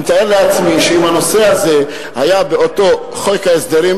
אני מתאר לעצמי שאם הנושא הזה היה בחוק ההסדרים